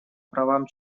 правам